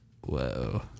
Whoa